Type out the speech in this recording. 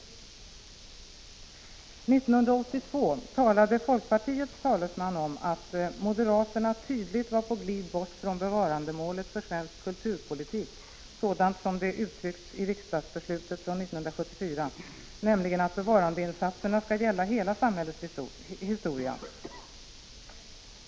År 1982 talade folkpartiets talesman om att moderaterna ”var tydligt på glid bort ifrån bevarandemålet för svensk kulturpolitik, sådant som det har uttryckts i det enhälliga riksdagsbeslutet från 1974, nämligen att bevarandeinsatserna skall gälla hela samhällets historia”.